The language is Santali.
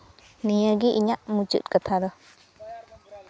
ᱱᱤᱭᱟᱹ ᱜᱮ ᱤᱧᱟᱹᱜ ᱢᱩᱪᱟᱹᱫ ᱠᱟᱛᱷᱟ ᱫᱚ